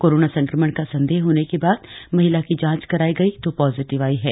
corona संक्रमण का संदेह होने के बाद महिला की जांच करायी गयी जो पॉजिटिव आयी है